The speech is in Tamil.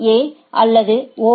எ அல்லது ஓ